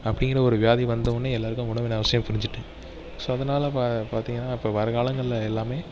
அப்படிங்கிற ஒரு வியாதி வந்தோடனே எல்லாருக்கும் உணவின் அவசியம் புரிஞ்சிட்டு ஸோ அதனால் இப்போ பா பார்த்திங்கனா அப்பறம் வருங்காலங்களில் எல்லாமே